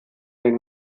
den